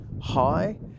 high